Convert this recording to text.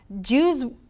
Jews